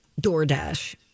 DoorDash